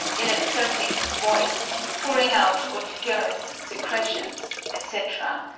in exerting his voice, pouring out odoriferous secretions, etc.